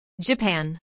Japan